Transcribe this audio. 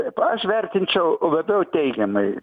taip aš vertinčiau labiau teigiamai